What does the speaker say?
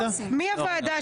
7. מי נגד?